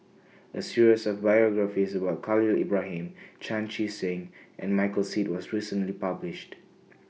A series of biographies about Khalil Ibrahim Chan Chee Seng and Michael Seet was recently published